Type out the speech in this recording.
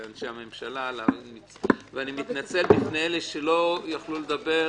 לאנשי הממשלה ואני מתנצל בפני אלה שלא יכלו לדבר.